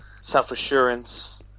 self-assurance